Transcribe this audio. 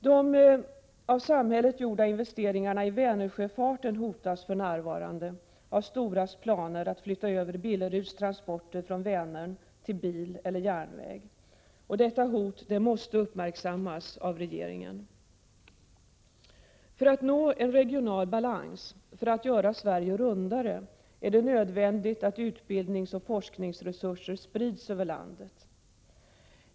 De av samhället gjorda investeringarna i Vänersjöfarten hotas för närvarande av Storas planer på att flytta över Billeruds transporter från Vänern till bil eller järnväg. Detta hot måste uppmärksammas av regeringen. För att uppnå regional balans, för att göra Sverige rundare, är det nödvändigt att utbildningsoch forskningsresurser sprids över landet.